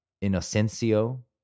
Inocencio